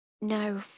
No